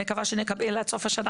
אני מקווה שנקבל עד סוף השנה,